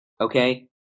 Okay